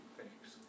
thanks